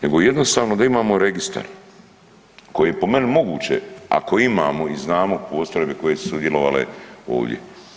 Nego jednostavno da imamo registar koji je po meni moguće ako imamo i znamo postrojbe koje su sudjelovale ovdje.